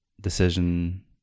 decision